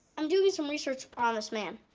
i'm doing some research on this man.